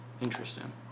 Interesting